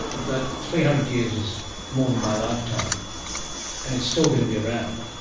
but three hundred years is more than my lifetime and it's still going to be around.